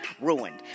ruined